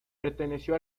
perteneció